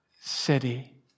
city